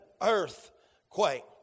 earthquake